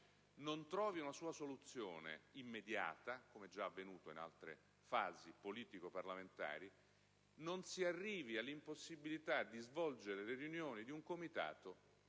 non trovi una soluzione immediata, come già è avvenuto in altre fasi politico-parlamentari, non si arrivi all'impossibilità di svolgere le riunioni di un Comitato